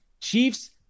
Chiefs